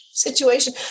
situation